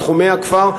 בתחומי הכפר,